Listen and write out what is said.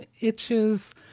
itches